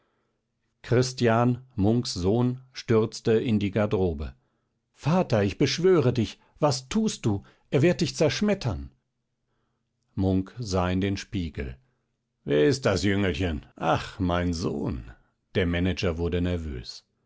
christian munks sohn stürzte in die garderobe vater ich beschwöre dich was tust du er wird dich zerschmettern munk sah in den spiegel wer ist das jüngelchen ach mein sohn der manager wurde nervös